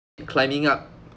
climbing up